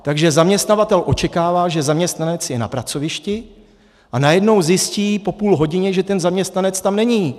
Takže zaměstnavatel očekává, že zaměstnanec je na pracovišti, a najednou zjistí po půl hodině, že ten zaměstnanec tam není.